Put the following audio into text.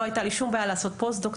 לא הייתה לי שום בעיה לעשות פוסט-דוקטורט,